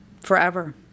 forever